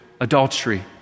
adultery